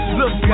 look